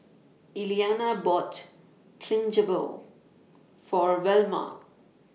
Iliana bought Chigenabe For Velma